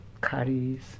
curries